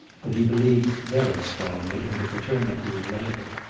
but he believed very strongly in the fraternity of labor.